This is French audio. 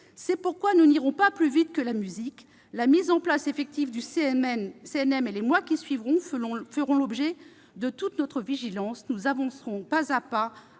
C'est pourquoi nous n'irons pas plus vite que la musique : la mise en place effective du CNM dans les mois qui viendront fera l'objet de toute notre vigilance. Nous avancerons pas à pas